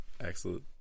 Excellent